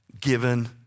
given